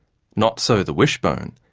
not so the wishbone.